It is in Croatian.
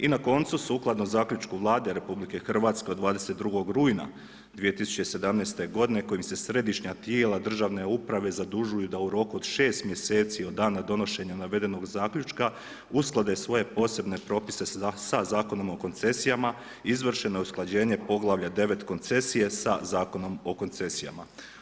I na koncu sukladno zaključku Vlade RH od 22. rujna 2017. godine kojima se središnja tijela državne uprave zadužuju da u roku od 6 mjeseci od dana donošenja navedenog zaključka usklade svoje posebne propise sa Zakonom o koncesijama, izvršeno je usklađenje poglavlja 9. koncesije sa Zakonom o koncesijama.